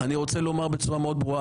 אני רוצה לומר בצורה מאוד ברורה.